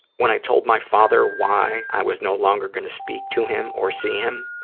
when i told my father why i was no longer going to speak to him or see him,